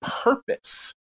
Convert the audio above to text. purpose